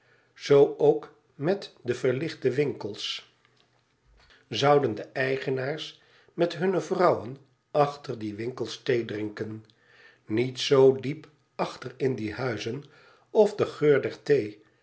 zoo ook met de verlichte winkels zouden de eigenaars met hunne vrouwen achter die winkels theedrinken niet z diep achter in die huizen of de geur der thee